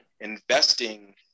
investing